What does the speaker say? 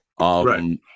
Right